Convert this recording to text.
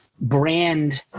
brand